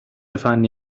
فنی